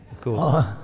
cool